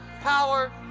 power